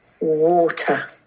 water